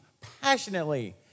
passionately